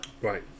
Right